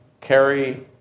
carry